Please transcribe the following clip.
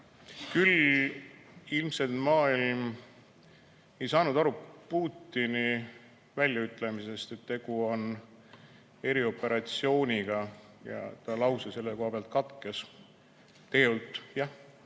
Ilmselt maailm ei saanud aru Putini väljaütlemisest, et tegu on erioperatsiooniga, ja ta lause selle koha peal katkes. Tegelikult